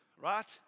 right